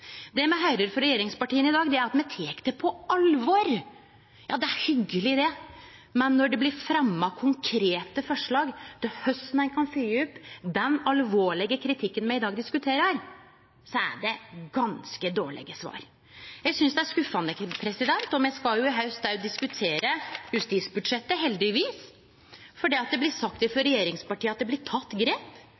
Det er inga forståing. Det me høyrer frå regjeringspartia i dag, er at dei tek det på alvor. Ja, det er hyggeleg, men når det blir fremja konkrete forslag til korleis ein kan følgje opp den alvorlege kritikken me i dag diskuterer, er det ganske dårlege svar. Eg synest det er skuffande. Me skal i haust diskutere justisbudsjettet, heldigvis, for det blir sagt frå regjeringspartia at det blir teke grep.